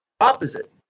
opposite